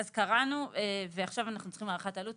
אז קראנו, ועכשיו אנחנו צריכים הערכת עלות.